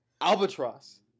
Albatross